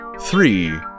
three